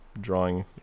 drawing